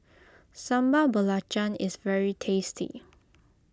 Sambal Belacan is very tasty